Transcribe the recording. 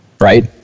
right